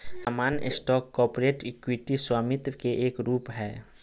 सामान्य stock corporate equity स्वामित्व के एक रूप हय